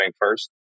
first